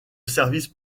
services